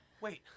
Wait